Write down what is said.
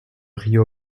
rio